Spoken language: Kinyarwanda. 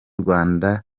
rwanda